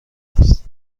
است